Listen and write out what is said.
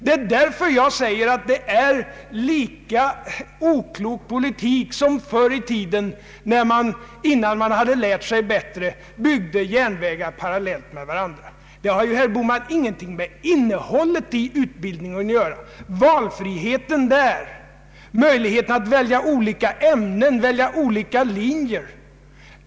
Det är därför jag säger att detta är en lika oklok politik som när man förr i tiden, innan man hade lärt sig bättre, byggde järnvägar parallellt med varandra. Det har ju, herr Bohman, ingenting att göra med innehållet i utbildningen, valfriheten, möjligheten att välja olika ämnen, olika linjer.